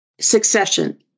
succession